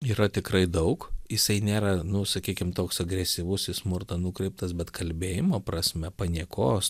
yra tikrai daug jisai nėra nu sakykim toks agresyvus į smurtą nukreiptas bet kalbėjimo prasme paniekos